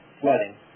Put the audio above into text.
flooding